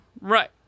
right